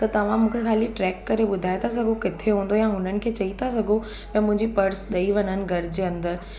त तव्हां मूंखे ख़ाली ट्रैक करे ॿुधाए था सघो किथे हूंदो या हुननि खे चई था सघो या मुंहिंजी पर्स ॾेई वञनि घर जे अंदरि